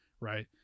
Right